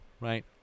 right